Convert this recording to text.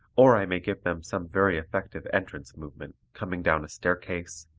or i may give them some very effective entrance movement coming down a staircase,